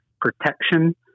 protection